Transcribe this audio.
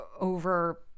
over